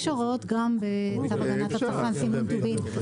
יש הוראות גם בצו הגנת הצרכן (סימון טובין),